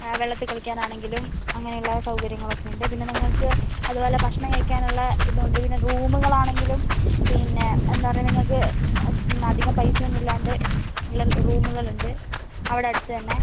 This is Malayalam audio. വെള്ളത്തിൽ കളിക്കാൻ ആണെങ്കിലും അങ്ങനെ ഉള്ള സൗകര്യങ്ങൾ ഒക്കെ ഉണ്ട് പിന്നെ നിങ്ങൾക്ക് അതുപോലെ ഭക്ഷണം കഴിക്കാനുള്ള ഇതും ഉണ്ട് പിന്നെ റൂമുകൾ ആണെങ്കിലും പിന്നെ എന്താ പറയുക നിങ്ങൾക്ക് അധികം പൈസ ഒന്നും ഇല്ലാണ്ട് ഉള്ള റൂമുകൾ ഉണ്ട് അവിടെ അടുത്ത് തന്നെ